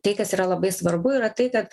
tai kas yra labai svarbu yra tai kad